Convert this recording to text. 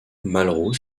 malraux